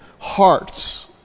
hearts